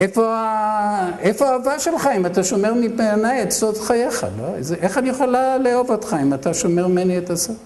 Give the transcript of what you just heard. איפה האהבה שלך אם אתה שומר מפני את סוד חייך, לא? איך אני יכולה לאהוב אותך אם אתה שומר ממני את הסוד?